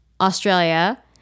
australia